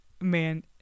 man